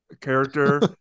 character